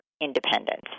independence